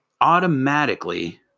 automatically